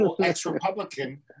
ex-Republican